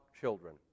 children